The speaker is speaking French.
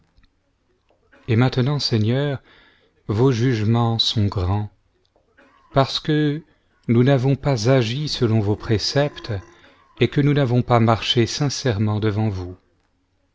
et maintenant seigneur vos jugements sont grands parce que nous n'avons pas agi selon vos préceptes et que nous n'avons pas marché sincèrement devant vous